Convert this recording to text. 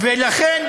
ולכן,